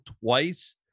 twice